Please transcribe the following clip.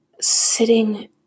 sitting